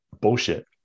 Bullshit